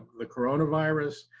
the coronavirus,